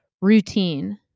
routine